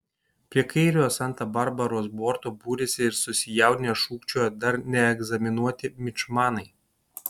prie kairiojo santa barbaros borto būrėsi ir susijaudinę šūkčiojo dar neegzaminuoti mičmanai